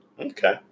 Okay